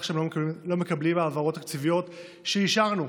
שהם לא מקבלים העברות תקציביות שאישרנו,